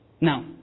Now